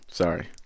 Sorry